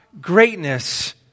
greatness